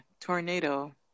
tornado